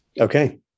Okay